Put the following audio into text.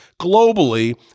globally